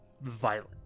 violent